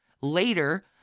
Later